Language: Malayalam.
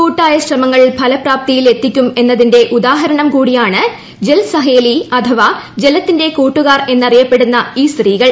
കൂട്ടായ ശ്രമങ്ങൾ ഫലപ്രാപ്തിയിൽ എത്തിക്കും എന്നതിന്റെ ഉദാഹരണം കൂടിയാണ് ജൽ സഹേലി അഥവാ ജലത്തിന്റെ കൂട്ടുകാർ എന്നറിയപ്പെടുന്ന ഈ സ്ത്രീകൾ